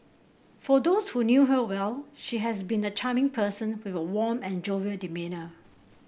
for those who knew her well she has been a charming person with a warm and jovial demeanour